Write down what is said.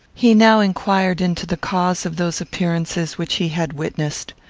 he now inquired into the cause of those appearances which he had witnessed.